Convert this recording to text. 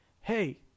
Hey